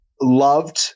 loved